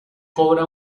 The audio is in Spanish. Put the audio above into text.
cobra